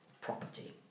property